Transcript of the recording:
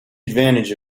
advantage